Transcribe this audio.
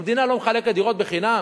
המדינה לא מחלקת דירות חינם.